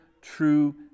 true